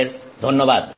তোমাদের ধন্যবাদ